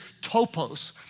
topos